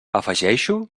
afegeixo